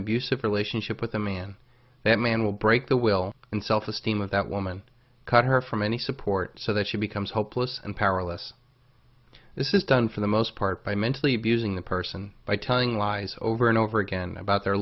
abusive relationship with a man that man will break the will and self esteem of that woman cut her from any support so that she becomes helpless and powerless this is done for the most part by mentally abusing the person by telling lies over and over again about their